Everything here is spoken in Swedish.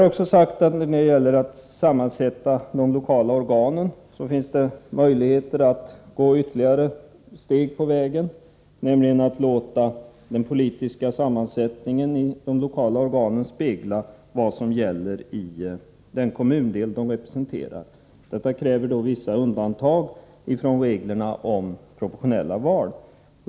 Även när det gäller sammansättningen av de lokala organen har vi sagt att det finns möjligheter att gå ytterligare ett steg på vägen. Man kan nämligen låta den politiska sammansättningen i de lokala organen spegla vad som gäller i den kommundel de representerar. Detta kräver vissa undantag från reglerna om proportionella val.